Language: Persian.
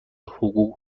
حقوق